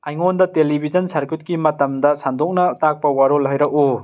ꯑꯩꯉꯣꯟꯗ ꯇꯦꯂꯤꯚꯤꯖꯟ ꯁꯥꯔꯀ꯭ꯌꯨꯠꯀꯤ ꯃꯇꯝꯗ ꯁꯟꯗꯣꯛꯅ ꯇꯥꯛꯄ ꯋꯥꯔꯣꯜ ꯍꯥꯏꯔꯛꯎ